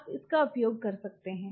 आप इसका उपयोग कर सकते हैं